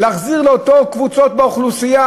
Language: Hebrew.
להחזיר לאותן קבוצות באוכלוסייה,